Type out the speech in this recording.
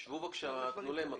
שבו בבקשה, תנו להם מקום.